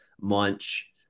Munch